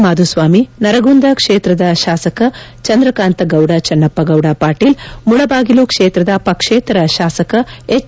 ಮಾಧುಸ್ವಾಮಿ ನರಗುಂದ ಕ್ಷೇತ್ರದ ಶಾಸಕ ಚಂದ್ರಕಾಂತ ಗೌಡ ಚನ್ನಪ್ಪಗೌಡ ಪಾಟೀಲ್ ಮುಳಬಾಗಿಲು ಕ್ಷೇತ್ರದ ಪಕ್ಷೇತರ ಶಾಸಕ ಎಚ್